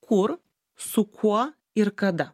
kur su kuo ir kada